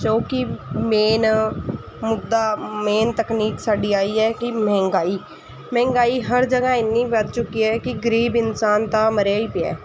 ਜੋ ਕਿ ਮੇਨ ਮੁੱਦਾ ਮੇਨ ਤਕਨੀਕ ਸਾਡੀ ਆਈ ਹੈ ਕਿ ਮਹਿੰਗਾਈ ਮਹਿੰਗਾਈ ਹਰ ਜਗ੍ਹਾ ਇੰਨੀ ਵੱਧ ਚੁੱਕੀ ਹੈ ਕਿ ਗਰੀਬ ਇਨਸਾਨ ਤਾਂ ਮਰਿਆ ਹੀ ਪਿਆ